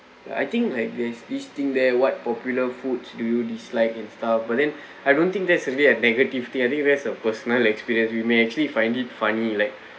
I think like there's this thing there what popular foods do you dislike and stuff but then I don't think that's really a negative thing I think that's a personal experience we may actually find it funny like